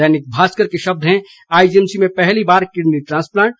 दैनिक भास्कर के शब्द हैं आईजीएमसी में पहली बार किडनी ट्रांसप्लांट